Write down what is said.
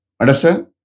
Understand